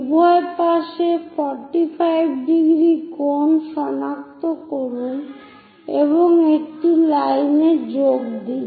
উভয় পাশে 45 ° কোণ সনাক্ত করুন এবং একটি লাইনে যোগ দিন